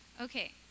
Okay